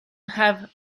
have